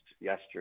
yesterday